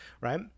right